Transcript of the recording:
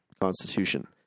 constitution